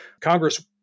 Congress